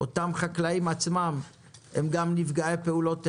והחקלאים עצמם הם גם נפגעי פעולות איבה.